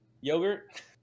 yogurt